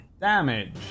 damage